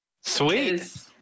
Sweet